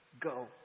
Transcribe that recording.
Go